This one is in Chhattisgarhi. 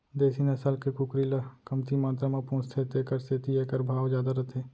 देसी नसल के कुकरी ल कमती मातरा म पोसथें तेकर सेती एकर भाव जादा रथे